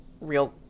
real